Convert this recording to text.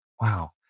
Wow